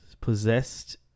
possessed